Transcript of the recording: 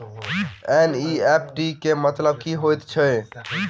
NEFT केँ मतलब की हएत छै?